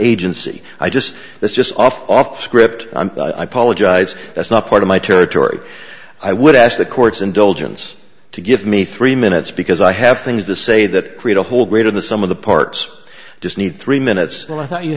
agency i just this just off off script i'm apologize that's not part of my territory i would ask the courts indulgence to give me three minutes because i have things to say that create a whole greater than some of the parts just need three minutes well i thought you